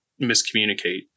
miscommunicate